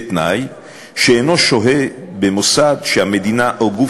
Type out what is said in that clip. בתנאי שאינו שוהה במוסד שהמדינה או גוף